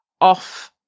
off